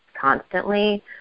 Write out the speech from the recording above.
constantly